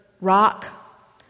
Rock